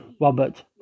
Robert